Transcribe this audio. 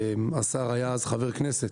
השר היה אז חבר כנסת,